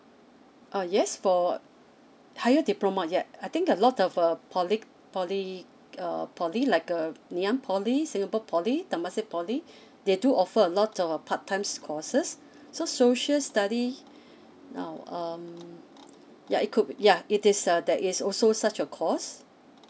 uh yes for higher diploma ya I think a lot of a poly poly uh poly like uh ngee ann poly singapore poly temasek poly they do offer a lot of a part times courses so social study now um ya it could be yeah it is uh that is also such a course